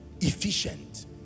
Efficient